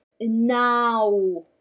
now